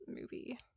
movie